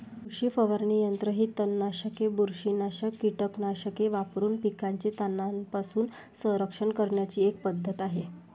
कृषी फवारणी यंत्र ही तणनाशके, बुरशीनाशक कीटकनाशके वापरून पिकांचे तणांपासून संरक्षण करण्याची एक पद्धत आहे